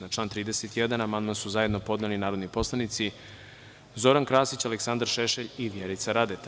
Na član 31. amandman su zajedno podneli narodni poslanici Zoran Krasić, Aleksandar Šešelj i Vjerica Radeta.